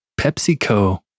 PepsiCo